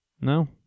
No